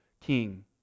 king